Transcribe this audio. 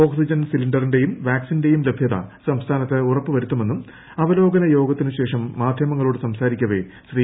oxygen സിലിണ്ടറിന്റെയും വാക്സിന്റെയും ലഭ്യത സംസ്ഥാനത്ത് ഉറപ്പു വരുത്തുമെന്നും അവലോകന യോഗത്തിനുശേഷം മാധ്യമങ്ങളോട് സംസാരിക്കവെ ശ്രീ